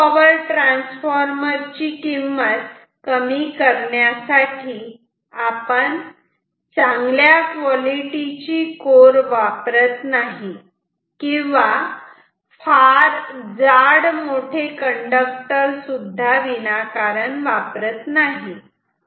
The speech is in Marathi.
नॉर्मल पॉवर ट्रान्सफॉर्मर ची किंमत कमी करण्यासाठी आपण चांगल्या क्वालिटीची कोर वापरत नाही किंवा फार जाड मोठे कंडक्टर सुद्धा विनाकारण वापरत नाही